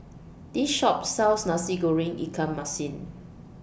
This Shop sells Nasi Goreng Ikan Masin